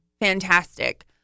fantastic